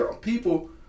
people